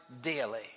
daily